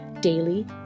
daily